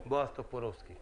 בחשוון התשפ"א, 26 באוקטובר